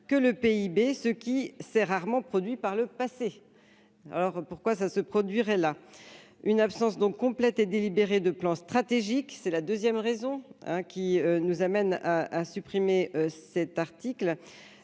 que le PIB ce qui s'est rarement produit par le passé, alors pourquoi ça se produirait là une absence donc compléter délibérée de plan stratégique, c'est la 2ème raison hein qui nous amène à à supprimer cet article